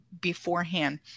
beforehand